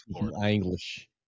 English